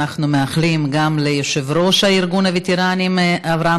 אנחנו מאחלים ליושב-ראש ארגון הווטרנים אברהם